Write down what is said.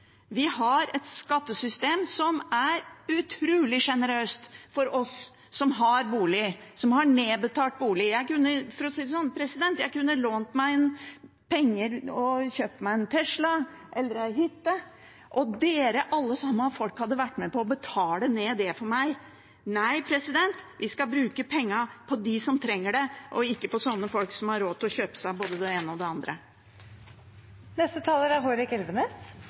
Vi har et skattesystem som er utrolig sjenerøst for oss som har bolig, og oss som har nedbetalt bolig. Tenk om jeg kunne lånt meg penger og kjøpt meg en Tesla eller ei hytte og dere alle hadde vært med på å betale den ned for meg! Nei, vi skal bruke pengene på dem som trenger det, og ikke på sånne folk som har råd til å kjøpe seg både det ene og det andre. Noe har gått galt på veien for Arbeiderpartiet – alvorlig galt – og da tenker jeg ikke på meningsmålingene. Det er